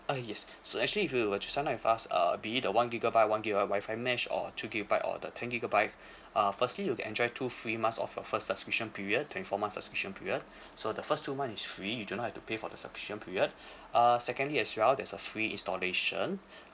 uh yes so actually if you were to sign up with us uh be it the one gigabyte one gigabyte WI-FI mesh or two gigabyte or the two gigabyte uh firstly you'll get enjoy two free months of your first subscription period twenty four months subscription period so the first two months is free you do not have to pay for the subscription period uh secondly as well there's a free installation